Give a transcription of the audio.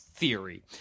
theory